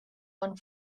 one